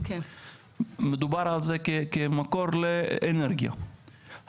מדובר על זה כמקור לאנרגיה,